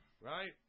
right